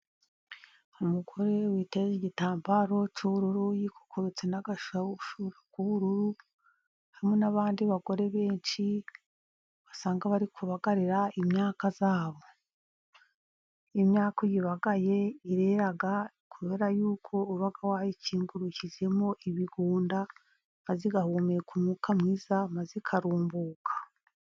Umugore witeze igitambaro cy'ubururu, yikokobetse n'agasharupe k'ubururu, hamwe n'abandi bagore benshi wasanga bari kubagarira imyaka yabo, imyaka iyo uyibagaye irera, kubera yuko uba wayikingurukije ibigunda, igahumeka umwuka mwiza maze ikarumbuka.